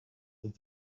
with